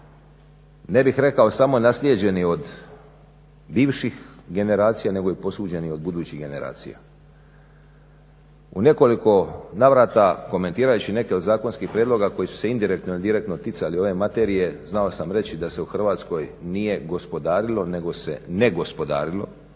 ne bih rekao samo naslijeđeni od bivših generacija nego i posuđeni od budućih generacija. U nekoliko navrata komentirajući neke od zakonskih prijedloga koji su se indirektno ili direktno ticali ove materije znao sam reći da se u Hrvatskoj nije gospodarilo nego se negospodarilo,